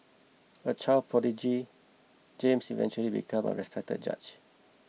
a child prodigy James eventually became a respected judge